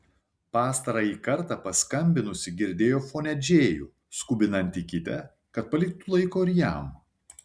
pastarąjį kartą paskambinusi girdėjo fone džėjų skubinantį kitę kad paliktų laiko ir jam